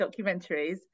documentaries